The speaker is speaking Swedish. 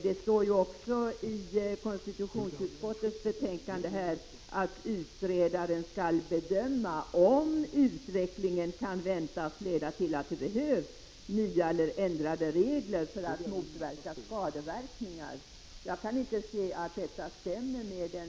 Det står också i konstitutionsutskottets betänkande att utredaren